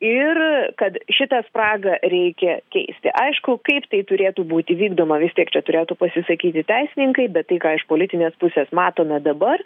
ir kad šitą spragą reikia keisti aišku kaip tai turėtų būti vykdoma vis tik čia turėtų pasisakyti teisininkai bet tai ką iš politinės pusės matome dabar